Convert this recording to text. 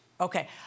Okay